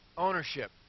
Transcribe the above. Ownership